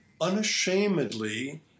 unashamedly